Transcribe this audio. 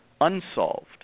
unsolved